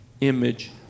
image